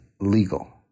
legal